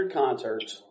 concerts